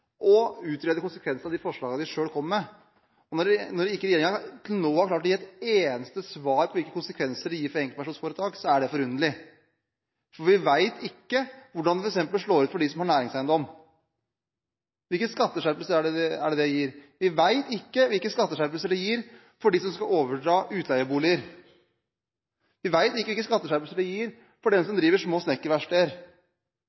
å utrede konsekvenser av de forslagene den selv kommer med, og når ikke regjeringen til nå har klart å gi et eneste svar på hvilke konsekvenser det gir for enkeltpersonforetak, er det forunderlig. Vi vet ikke hvordan det f.eks. vil slå ut for dem som har næringseiendom – hvilke skatteskjerpelser er det det gir? Vi vet ikke hvilke skatteskjerpelser det gir for dem som skal overta utleieboliger, vi vet ikke hvilke skatteskjerpelser det gir for dem som